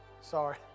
Sorry